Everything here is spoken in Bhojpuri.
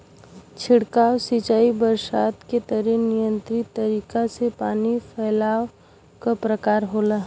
छिड़काव सिंचाई बरसात के तरे नियंत्रित तरीका से पानी फैलावे क प्रकार होला